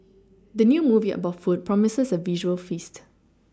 the new movie about food promises a visual feast